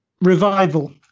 revival